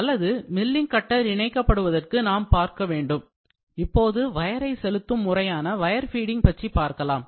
அல்லது milling cutter இணைக்கப் படுவதற்கு நாம் பார்க்க வேண்டும் இப்போது வ்யரை செலுத்தும் முறையான வயர் பீடிங் பற்றி பார்க்கலாம்